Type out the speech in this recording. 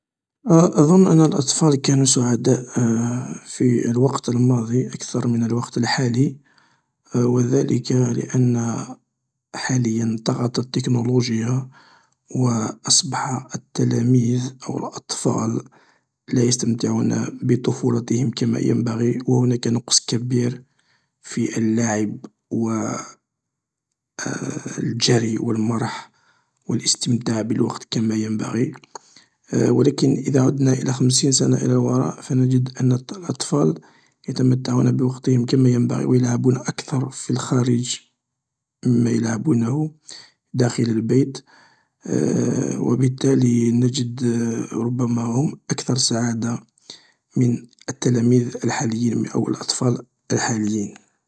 أضن أن الأطفال كانوا سعداء في الوقت الماضي أكثر من الوقت الحالي و ذلك لأن حاليا طغت التكنولوجيا و و أصبح التلاميذ أو الأطفال لا يستمتعون بطفولتهم كما ينبغي و هناك نقص كبير في اللعب و الجري و المرح و الاستمتاع بالوقت كما ينبغي و لكن اذا عدنا الى خمسين سنة الى الوراء فنجد أن الأطفال يتمتعون بوقتهم كما ينبغي و يلعبون أكثر في الخارج ما يلعبونه داخل البيت و بالتالي نجد ربما هم أكثر سعادة من التلاميذ الحاليين أو الأطفال الحاليين.